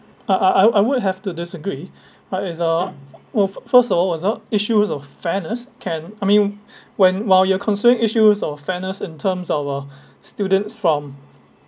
uh uh I I would have to disagree uh it's a well first of all it's a issue of fairness can I mean when while you're concerning issues of fairness in terms of uh students from